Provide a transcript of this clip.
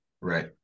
Right